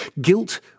Guilt